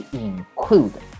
include